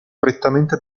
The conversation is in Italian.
prettamente